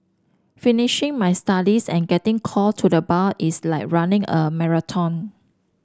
finishing my studies and getting called to the bar is like running a marathon